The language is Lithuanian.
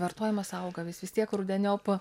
vartojimas auga vis vis tiek rudeniop